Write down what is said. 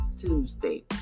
Tuesday